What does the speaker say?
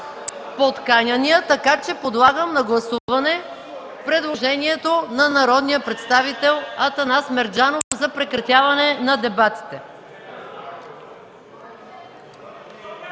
подканяния. Поставям на гласуване предложението на народния представител Атанас Мерджанов за прекратяване на дебатите.